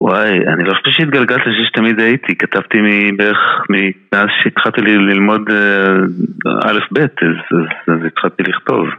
וואי, אני לא חושב שהתגלגלתי אני חושב שתמיד הייתי, כתבתי מבערך מאז שהתחלתי ללמוד א' ב', אז התחלתי לכתוב.